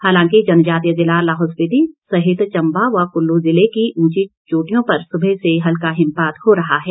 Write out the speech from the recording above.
हालांकि जनजातीय जिला लाहौल स्पीति सहित चंबा व कुल्लू जिले की उंची चोटियों पर सुबह से ही हल्का हिमपात हो रहा है